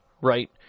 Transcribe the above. right